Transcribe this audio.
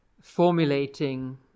formulating